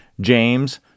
James